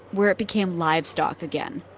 where it became livestock again